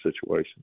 situation